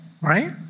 right